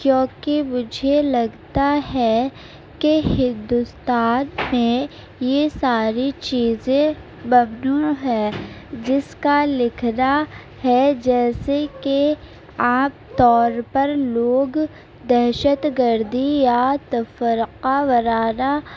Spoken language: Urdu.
کیونکہ مجھے لگتا ہے کہ ہندوستان میں یہ ساری چیزیں ممنوع ہیں جس کا لکھنا ہے جیسے کہ عام طور پر لوگ دہشت گردی یا تفرقہ وارانہ